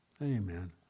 Amen